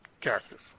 characters